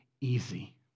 easy